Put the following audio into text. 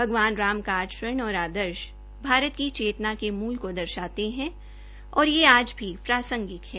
अगवान राम का आचरण और आदर्श भारत की चेतना के मल को दर्शाते है और यह आज भी प्रासंगिक है